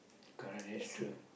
correct that is true